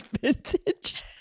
vintage